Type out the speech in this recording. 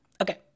Okay